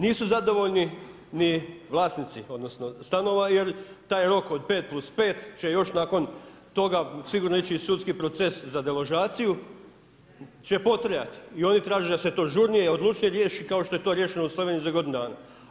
Nisu zadovoljni ni vlasnici, odnosno, stanova, jer taj rok 5+5 će još nakon toga sigurno ići i sudski proces za deložaciju će potrajati i oni traži da se to žurnije, odlučnije riješi, kao što je to riješeno u Sloveniji za godinu dana.